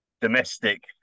domestic